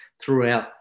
throughout